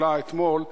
בוטלה אתמול,